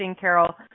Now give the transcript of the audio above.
Carol